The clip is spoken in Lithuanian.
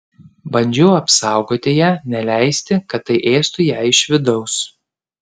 bandžiau apsaugoti ją neleisti kad tai ėstų ją iš vidaus